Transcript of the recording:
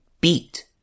beat